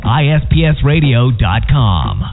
ispsradio.com